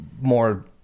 more